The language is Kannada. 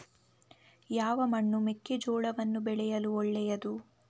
ಯಾವ ಮಣ್ಣು ಮೆಕ್ಕೆಜೋಳವನ್ನು ಬೆಳೆಯಲು ಒಳ್ಳೆಯದು?